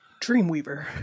Dreamweaver